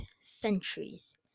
centuries